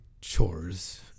chores